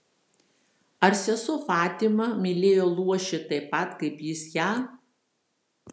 ar sesuo fatima mylėjo luošį taip pat kaip jis ją